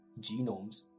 genomes